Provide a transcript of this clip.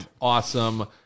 awesome